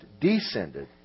descended